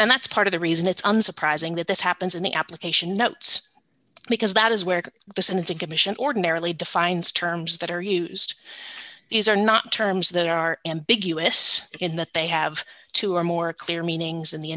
and that's part of the reason it's unsurprising that this happens in the application notes because that is where the sins of commission ordinarily defines terms that are used these are not terms that are ambiguous in that they have two or more clear meanings in the